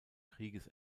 krieges